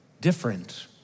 different